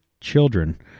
children